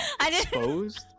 Exposed